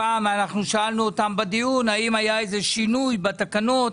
כששאלנו אותם עכשיו אם היה איזה שינוי בתקנות,